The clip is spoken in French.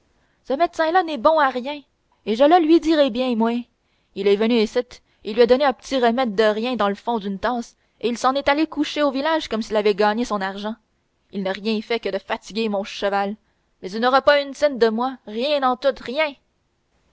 ce médecin là n'est bon à rien et je lui dirai bien moué il est venu icitte il lui a donné un petit remède de rien dans le fond d'une tasse et il s'en est allé coucher au village comme s'il avait gagné son argent il n'a rien fait que fatiguer mon cheval mais il n'aura pas une cent de moi rien en tout rien